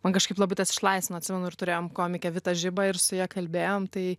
man kažkaip labai tas išlaisvino atsimenu ir turėjom komikę vitą žiba ir su ja kalbėjom tai